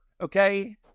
okay